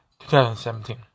2017